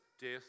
death